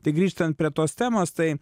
tai grįžtant prie tos temos tai